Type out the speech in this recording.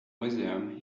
museum